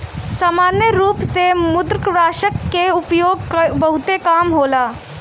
सामान्य रूप से मृदुकवचनाशक के उपयोग बहुते कम होला